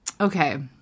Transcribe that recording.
Okay